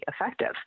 effective